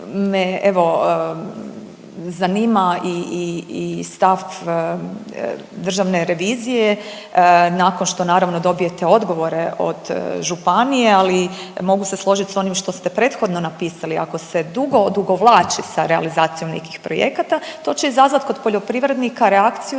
zanima i stav državne revizije, nakon što, naravno, dobijete odgovore od županije, ali mogu se složiti s onim što ste prethodno napisali, ako se dugo odugovlači sa realizacijom nekih projekata, to će izazvat kod poljoprivrednika reakciju